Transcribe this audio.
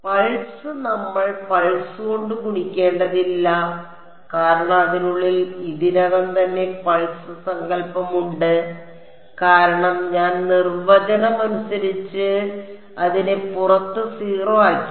pulse നമ്മൾ pulse കൊണ്ട് ഗുണിക്കേണ്ടതില്ല കാരണം അതിനുള്ളിൽ ഇതിനകം തന്നെ പൾസ് സങ്കൽപ്പമുണ്ട് കാരണം ഞാൻ നിർവചനം അനുസരിച്ച് ഞാൻ അതിനെ പുറത്ത് 0 ആക്കി